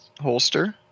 holster